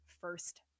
first